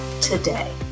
today